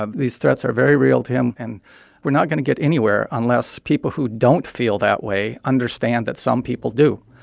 ah these threats are very real to him, and we're not going to get anywhere unless people who don't feel that way understand that some people do.